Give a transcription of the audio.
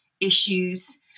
issues